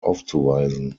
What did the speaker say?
aufzuweisen